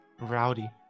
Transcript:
Rowdy